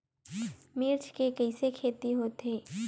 मिर्च के कइसे खेती होथे?